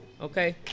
Okay